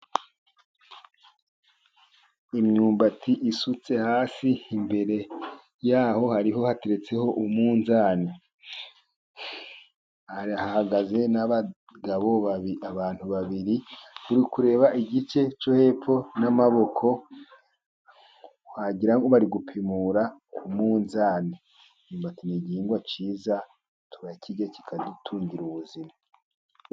Imyumbati isutse hasi imbere yaho hateretse umunzani, hahagaze n'abagabo babiri turi kureba igice cyo hepfo n'amaboko bari gupimura ku munzani. Imyumbati ni igihingwa cyiza turakirya kikadutungira ubuzima.